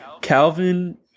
Calvin